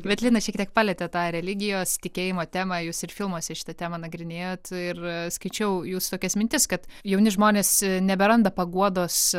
bet lina šiek tiek palietėt tą religijos tikėjimo temą jūs ir filmuose šitą temą nagrinėjot ir skaičiau jūsų tokias mintis kad jauni žmonės neberanda paguodos